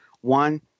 One